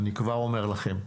אני כבר אומר לכם,